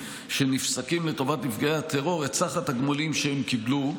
שנפסקים לטובת נפגעי הטרור את סך התגמולים שהם קיבלו.